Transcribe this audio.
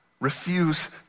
refuse